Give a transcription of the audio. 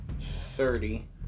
thirty